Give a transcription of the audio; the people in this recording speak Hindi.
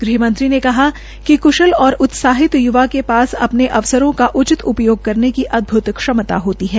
गृहमंत्री ने कहा कि क्शल और उत्साहित युवा के पासस अपने अवसरों का उचित उपयोग करने की अदभूत क्षमता होती है